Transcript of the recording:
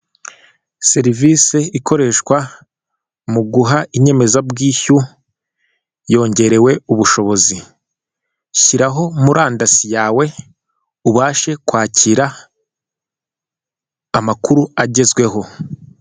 Serivise ikoreshwa mu guha inyemezabwishyu yongerewe ubushobozi, shyiraho murandasi yawe ubashe kwakira amakuru agezweho.